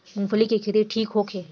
मूँगफली के खेती ठीक होखे?